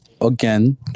Again